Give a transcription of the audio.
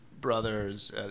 brothers